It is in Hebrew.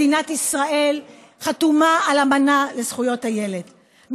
מדינת ישראל חתומה על האמנה לזכויות הילד,